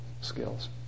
skills